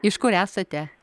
iš kur esate